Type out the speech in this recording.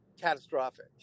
catastrophic